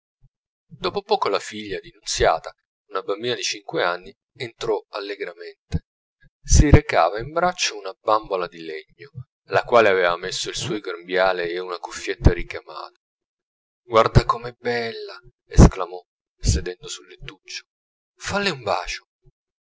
dopo poco la figlia di nunziata una bambina di cinque anni entrò allegramente si recava in braccio una bambola di legno alla quale avea messo il suo grembiale ed una cuffietta ricamata guarda com'è bella esclamò sedendo sul lettuccio falle un bacio